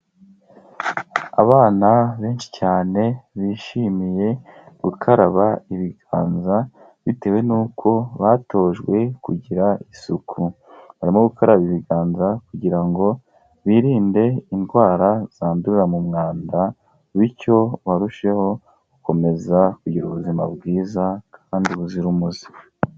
Abana benshi cyane bishimiye gukaraba ibiganza bitewe n'uko batojwe kugira isuku. Barimo gukaraba ibiganza kugira ngo birinde indwara zandurira mu mwanda bityo barusheho gukomeza kugira ubuzima bwiza kandi buzira umuze.